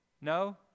No